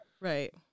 right